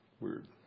weird